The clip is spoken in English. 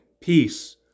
peace